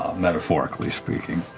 metaphorically speaking.